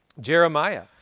Jeremiah